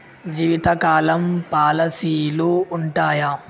జీవితకాలం పాలసీలు ఉంటయా?